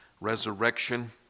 resurrection